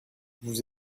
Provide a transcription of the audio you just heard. vous